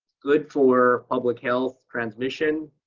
good for public health transmission.